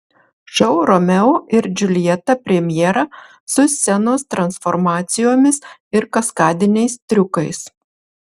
šou romeo ir džiuljeta premjera su scenos transformacijomis ir kaskadiniais triukais